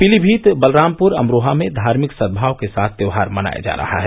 पीलीभीत बलरामपुर अमरोहा में धार्मिक सद्भाव के साथ त्योहार मनाया जा रहा है